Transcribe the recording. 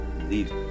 Leave